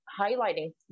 highlighting